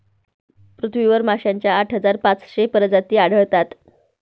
पृथ्वीवर माशांच्या आठ हजार पाचशे प्रजाती आढळतात